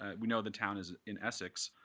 ah we know the town is in essex.